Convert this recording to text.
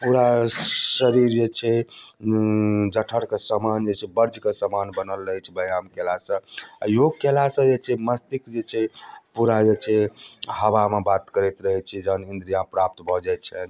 पूरा शरीर जे छै जठरके समान जे छै बज्रके समान बनल रहै छै व्यायाम कएलासँ आओर योग कएलासँ जे छै मस्तिष्क जे छै पूरा जे छै हवामे बात करैत रहै छै जहन इन्द्रिय प्राप्त भऽ जाइ छै